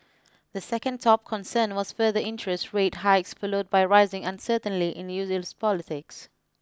the second top concern was further interest rate hikes followed by rising uncertainly in politics